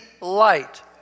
light